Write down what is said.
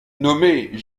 nommez